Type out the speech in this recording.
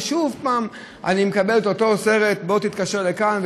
שוב אני מקבל את אותו סרט: בוא תתקשר לכאן,